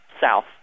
south